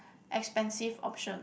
expensive option